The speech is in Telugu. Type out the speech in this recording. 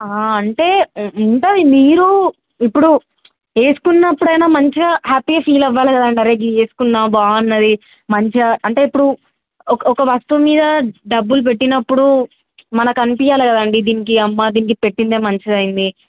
అంటే ఉంటుంది మీరు ఇప్పుడు ఏసుకున్నప్పుడైనా మంచిగా హ్యాపీ ఫీల్ అవ్వాలి కదండడి అరేకి ఏసుకున్నా బాగున్నది మంచిగా అంటే ఇప్పుడు ఒక ఒక వస్తువు మీద డబ్బులు పెట్టినప్పుడు మనకు అనిపియ్యాలి కదండడి దీనికి అమ్మ దీనికి పెట్టిందే మంచిదయ్యింది